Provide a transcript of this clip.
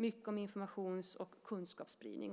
mycket om informations och kunskapsspridning.